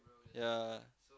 yep